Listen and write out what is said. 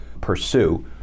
pursue